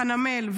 חנמאל,